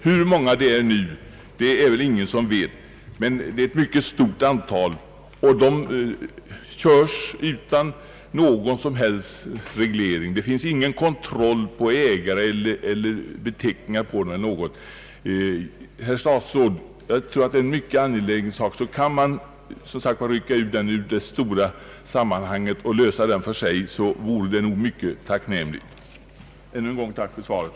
Hur många det är nu vet väl ingen, men det rör sig om ett mycket stort antal, och de körs utan någon som helst reglering. Det finns ingen kontroll på ägare, inga beteckningar på dem eller någonting sådant. Detta är, herr statsråd, en mycket angelägen fråga. Kunde den ryckas ut ur det stora sammanhanget och lösas för sig, vore det mycket tacknämligt. Ännu en gång tack för svaret.